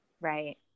right